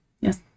Yes